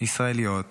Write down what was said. ישראליות